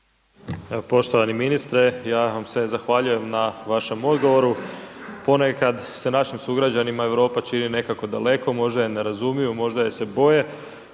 poštovani ministre ja vam se zahvaljujem na vašem odgovoru. Ponekad se našim sugrađanima Europa čini nekako daleko, možda je ne razumiju, možda je se boje,